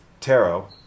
tarot